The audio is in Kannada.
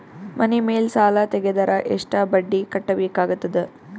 ಮನಿ ಮೇಲ್ ಸಾಲ ತೆಗೆದರ ಎಷ್ಟ ಬಡ್ಡಿ ಕಟ್ಟಬೇಕಾಗತದ?